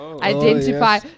Identify